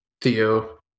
Theo